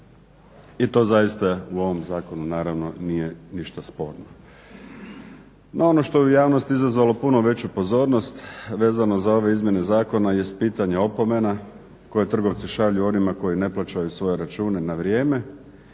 I to zaista, u ovom zakonu naravno nije ništa sporno. No, ono što je u javnosti izazvalo puno veću pozornost, vezano za ove izmjene zakona jest pitanje opomena koje trgovci šalju onima koji ne plaćaju svoje račune na vrijeme